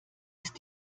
ist